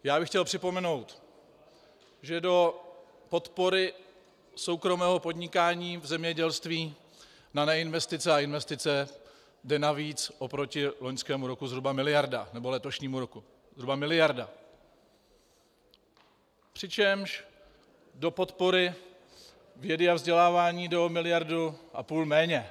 Já bych chtěl připomenout, že do podpory soukromého podnikání v zemědělství na neinvestice a investice jde navíc oproti loňskému roku zhruba miliarda nebo letošnímu roku zhruba miliarda, přičemž do podpory vědy a vzdělávání jde o miliardu a půl méně.